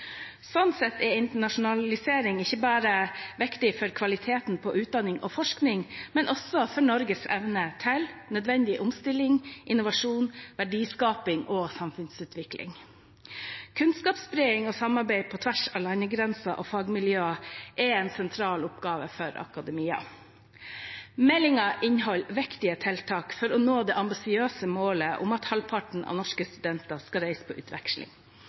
sett er internasjonalisering ikke bare viktig for kvaliteten på utdanning og forskning, men også for Norges evne til nødvendig omstilling, innovasjon, verdiskaping og samfunnsutvikling. Kunnskapsspredning og samarbeid på tvers av landegrenser og fagmiljøer er en sentral oppgave for akademia. Meldingen inneholder viktige tiltak for å nå det ambisiøse målet om at halvparten av norske studenter skal reise på utveksling.